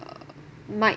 might